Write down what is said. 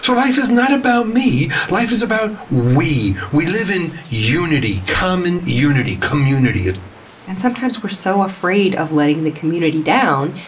so life is not about me, life is about we! we live in unity. common unity. community. ah and sometimes we're so afraid of letting the community down,